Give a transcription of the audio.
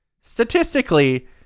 statistically